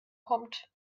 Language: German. kommt